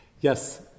Yes